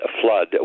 flood